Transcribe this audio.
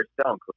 Stone